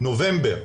בנובמבר,